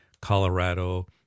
Colorado